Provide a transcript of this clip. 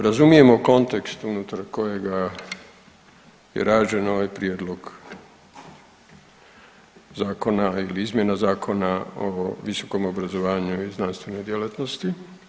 Razumijemo kontekst unutar kojega je rađen ovaj prijedlog zakona ili izmjena Zakona o visokom obrazovanju i znanstvenoj djelatnosti.